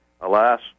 alas